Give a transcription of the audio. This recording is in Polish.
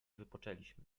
wypoczęliśmy